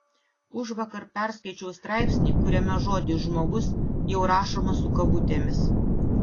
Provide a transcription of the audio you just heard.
užvakar perskaičiau straipsnį kuriame žodis žmogus jau rašomas su kabutėmis